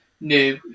new